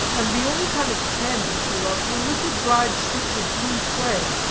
and the only kind of candy she loved were little dried sticks of blue clay,